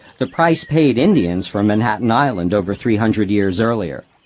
the price paid indians for manhattan island over three hundred years earlier.